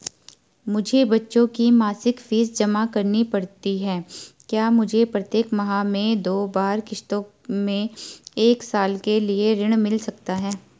मुझे बच्चों की मासिक फीस जमा करनी पड़ती है क्या मुझे प्रत्येक माह में दो बार किश्तों में एक साल के लिए ऋण मिल सकता है?